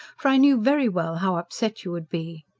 for i knew very well how upset you would be.